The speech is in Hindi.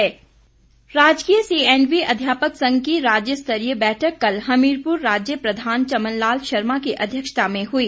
बैठक राजकीय सी एण्ड वी अध्यापक संघ की राज्यस्तरीय बैठक कल हमीरपुर राज्य प्रधान चमन लाल शर्मा की अध्यक्षता में हुई